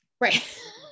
Right